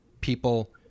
people